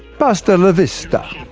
pasta la vista!